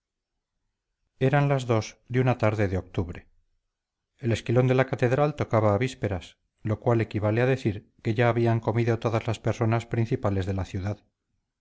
eran las dos de una tarde de octubre el esquilón de la catedral tocaba a vísperas lo cual equivale a decir que ya habían comido todas las personas principales de la ciudad